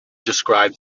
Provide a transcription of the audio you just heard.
describe